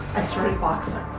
i started boxing.